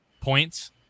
points